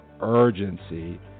urgency